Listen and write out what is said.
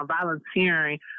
volunteering